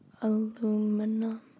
aluminum